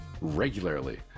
regularly